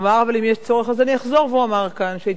אבל אם יש צורך אז אני אחזור ואומר כאן שההתיישבות